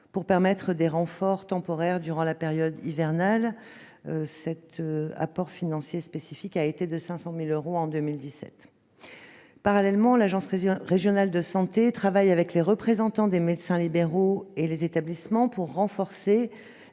pour permettre des renforts temporaires durant la période hivernale, apport à hauteur de 500 000 euros en 2017. Parallèlement, l'agence régionale de santé travaille avec les représentants des médecins libéraux et les établissements pour renforcer